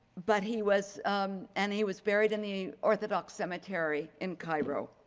but he was and he was buried in the orthodox cemetery in cairo.